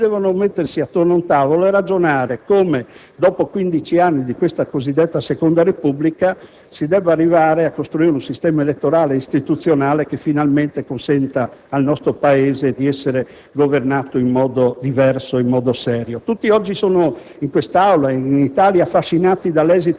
per bloccare il *referendum*, ma devono sedersi attorno a un tavolo e ragionare su come, dopo 15 anni di questa cosiddetta Seconda Repubblica, si debba costruire un sistema elettorale istituzionale che, finalmente, consenta al nostro Paese di essere governato in modo diverso e serio. Tutti oggi, in